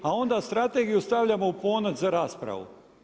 A onda strategiju stavljamo u ponoć za raspravu.